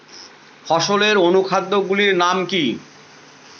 ফসলের অনুখাদ্য গুলির নাম কি?